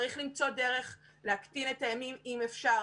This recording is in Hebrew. צריך למצוא דרך להקטין את הימים, אם אפשר.